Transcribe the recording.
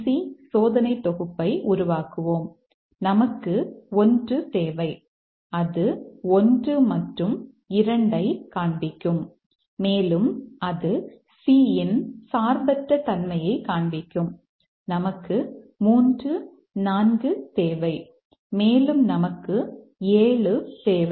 C சோதனை தொகுப்பை உருவாக்குவோம் நமக்கு 1 தேவை அது 1 மற்றும் 2 ஐக் காண்பிக்கும் மேலும் அது C இன் சார்பற்ற தன்மையை காண்பிக்கும் நமக்கு 3 4 தேவை மேலும் நமக்கு 7 தேவை